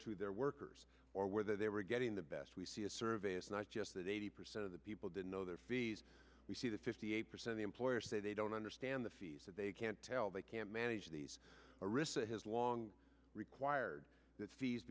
to their workers or where they were getting the best we see a service not just that eighty percent of the people didn't know their fees we see the fifty eight percent employer say they don't understand the fees that they can't tell they can't manage these arista has long required that fees